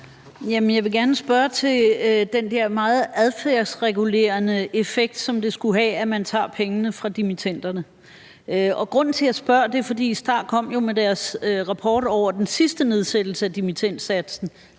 Jeg vil gerne spørge til den der meget adfærdsregulerende effekt, som det skulle have, at man tager pengene fra dimittenderne. Grunden til, jeg spørger, er, at STAR jo kom med deres rapport over den sidste nedsættelse af dimittendsatsen